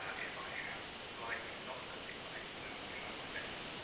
ah if i have slightly not got it right, but i'm going to try my best.